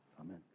Amen